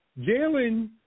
Jalen